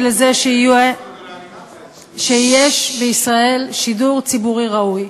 לזה שיהיה בישראל שידור ציבורי ראוי.